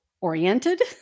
oriented